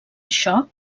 això